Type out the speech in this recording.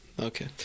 Okay